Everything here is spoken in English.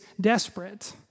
desperate